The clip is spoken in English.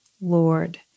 Lord